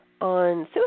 on